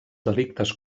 delictes